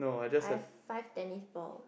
I have five tennis ball